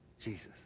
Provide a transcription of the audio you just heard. Jesus